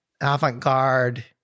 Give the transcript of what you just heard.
avant-garde